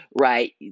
right